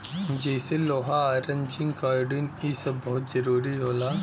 जइसे लोहा iron zinc iodine इ सब बहुत जरूरी होला